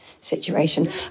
situation